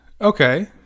Okay